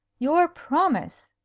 your promise!